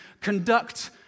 conduct